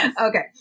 Okay